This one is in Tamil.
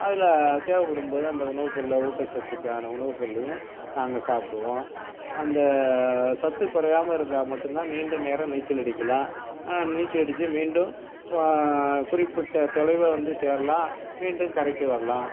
அதில் தேவைப்படும் போது அந்த உணவுப் பொருளை ஊட்டச்சத்துக்கான உணவுப் பொருளையும் நாங்கள் சாப்பிடுவோம் அந்த சத்து குறையாம இருந்தால் மட்டுந்தான் நீண்ட நேரம் நீச்சல் அடிக்கலாம் நீச்சல் அடிச்சு மீண்டும் குறிப்பிட்ட தொலைவை வந்து சேரலாம் மீண்டும் கரைக்கு வரலாம்